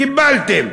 קיבלתם,